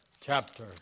chapter